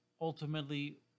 ultimately